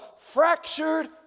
fractured